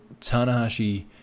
Tanahashi